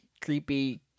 creepy